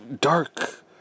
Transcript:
Dark